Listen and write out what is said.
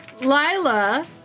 Lila